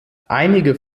einige